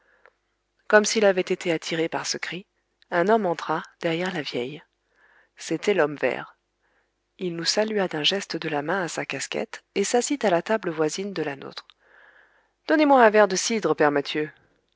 comme s'il avait été attiré par ce cri un homme entra derrière la vieille c'était l'homme vert il nous salua d'un geste de la main à sa casquette et s'assit à la table voisine de la nôtre donnez-moi un verre de cidre